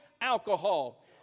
alcohol